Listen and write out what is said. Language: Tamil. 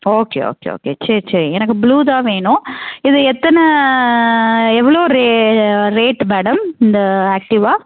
ஓகே ஓகே ஓகே சரி சரி எனக்கு ப்ளூ தான் வேணும் இது எத்தனை எவ்வளோ ரேட்டு மேடம் இந்த ஆக்டிவா